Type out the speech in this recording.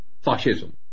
fascism